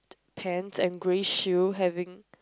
pants and grey shoe having